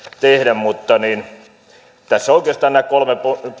tehdä mutta tässä oikeastaan nämä kolme